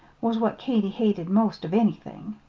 was what katy hated most of anythin'.